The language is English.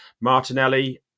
Martinelli